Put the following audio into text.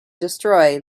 destroy